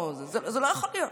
זה לא יכול להיות.